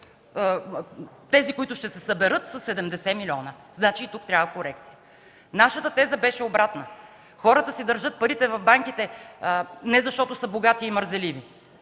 Тези, които ще се съберат, са 70 милиона – значи и тук трябва корекция. Нашата теза беше обратна – хората си държат парите в банките не защото са богати и мързеливи.